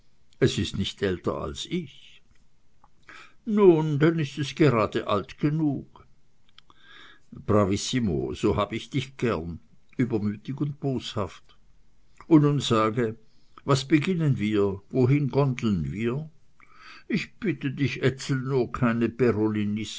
es ist nicht älter als ich nun dann ist es gerade alt genug bravissimo sieh so hab ich dich gern übermütig und boshaft und nun sage was beginnen wir wohin gondeln wir ich bitte dich ezel nur keine